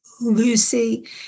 Lucy